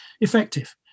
effective